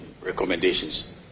recommendations